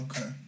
Okay